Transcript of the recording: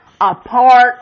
apart